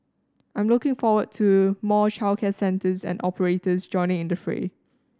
I'm looking forward to more childcare centres and operators joining in the fray